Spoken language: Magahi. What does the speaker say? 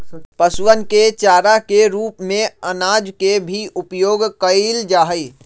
पशुअन के चारा के रूप में अनाज के भी उपयोग कइल जाहई